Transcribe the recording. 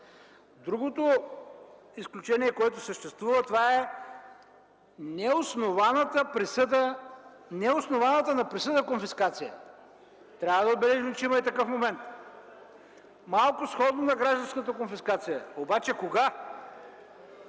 Другото изключение, което съществува, това е неоснованата на присъда конфискация. Трябва да отбележим, че има и такъв момент, малко сходен на гражданската конфискация, обаче кога?